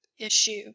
issue